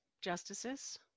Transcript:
justices